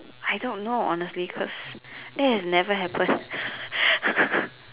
I don't know honestly cause that has never happened